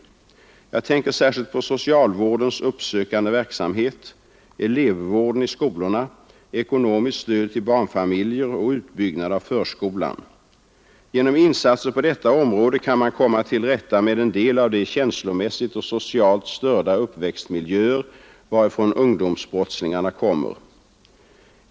Jag tänker särskilt på socialvårdens uppsökande verksamhet, elevvården i skolorna, ekonomiskt stöd till barnfamiljer och utbyggnad av förskolan. Genom insatser på att nedbringa brottsligheten detta område kan man komma till rätta med en del av de känslomässigt och socialt störda uppväxtmiljöer varifrån ungdomsbrottslingarna kommer.